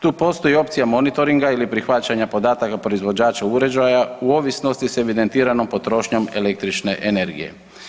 Tu postoji opcija monitoringa ili prihvaćanja podataka proizvođača uređaja u ovisnosti s evidentiranom potrošnjom električne energije.